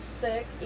sick